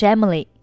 Emily